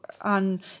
on